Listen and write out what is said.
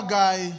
guy